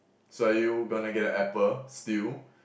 so are you gonna get an Apple still